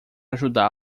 ajudá